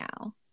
now